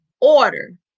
order